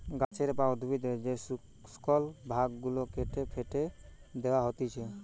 গাছের বা উদ্ভিদের যে শুকল ভাগ গুলা কেটে ফেটে দেয়া হতিছে